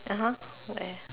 (uh huh) where